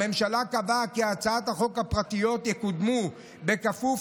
הממשלה קבעה כי הצעות החוק הפרטיות יקודמו בכפוף